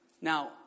Now